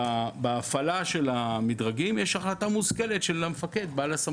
בהפעלה של המדרגים יש החלטה מושכלת של המפקד בעל הסמכות.